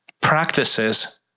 practices